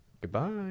Goodbye